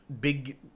big